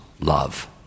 love